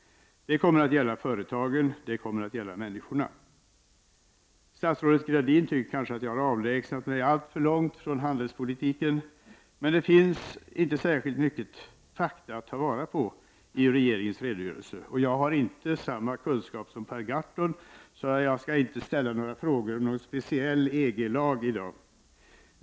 Det kommer att gälla företagen, det kommer att gälla människorna. Statsrådet Gradin tycker kanske att jag har avlägsnat mig alltför långt från den konkreta handelspolitiken, men det finns inte särskilt mycket fakta att ta vara på i regeringens redogörelse. Jag har inte samma kunskap som Per Gahrton, så jag skall inte ställa frågor om någon speciell EG-lag i dag.